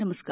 नमस्कार